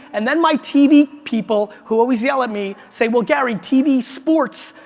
and then my tv people who always yell at me, say, well gary, tv sports,